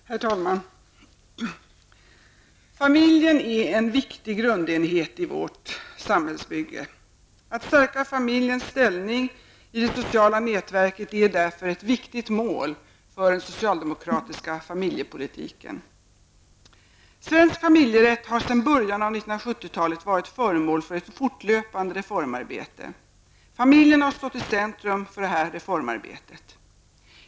Herr talman! Familjen är en viktig grundenhet i vår samhällsbyggnad. Att stärka familjens ställning i det sociala nätverket är därför ett viktigt mål för den socialdemokratiska familjepolitiken. Svensk familjerätt har sedan början av 1970-talet varit föremål för ett fortlöpande reformarbete. Familjen har stått i centrum för detta reformarbete.